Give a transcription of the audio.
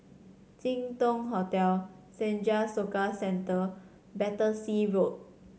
Jin Dong Hotel Senja Soka Centre Battersea Road